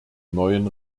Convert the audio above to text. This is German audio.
neuen